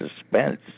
suspense